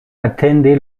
atendi